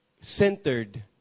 centered